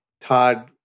Todd